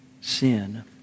sin